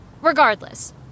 Regardless